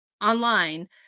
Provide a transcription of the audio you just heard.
online